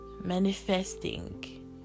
manifesting